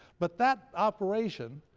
but that operation,